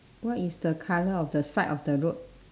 what is the colour of the side of the road